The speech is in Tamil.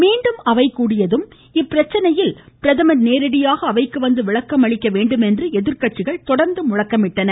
மீண்டும் அவை கூடியதும் இப்பிரச்சனையில் பிரதமர் நேரடியாக அவைக்கு வந்து விளக்கம் அளிக்க வேண்டும் என்று எதிர்க்கட்சிகள் முழக்கமிட்டன